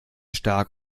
stark